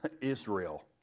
Israel